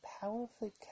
powerfully